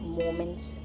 moments